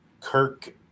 Kirk